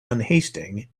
unhasting